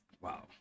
wow